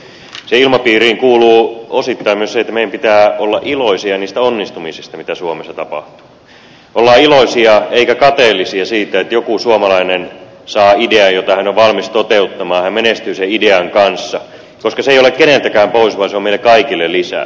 siihen ilmapiiriin kuuluu osittain myös se että meidän pitää olla iloisia niistä onnistumisista mitä suomessa tapahtuu olla iloisia eikä kateellisia siitä että joku suomalainen saa idean jota hän on valmis toteuttamaan hän menestyy sen idean kanssa koska se ei ole keneltäkään pois vaan se on meille kaikille lisää